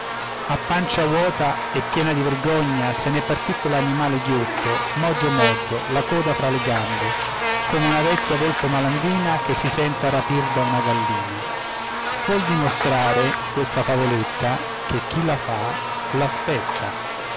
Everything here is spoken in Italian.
a pancia vuota e piena di vergogna se ne partì quell'animale ghiotto mogio mogio la coda fra le gambe come una vecchia volpe malandrina che si senta rapir da una gallina vuol dimostrare questa favoletta che chi la fa